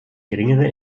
geringere